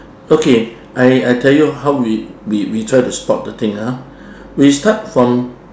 okay I I tell you how we we we try to spot the thing ah we start from